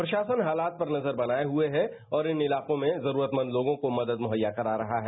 प्रशासन हालात पर नजर बनाए हुए है और इन इलाकों में जरूरतमंद लोगों को मदद मुहैया कता रहा है